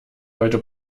heute